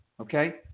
okay